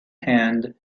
hand